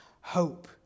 hope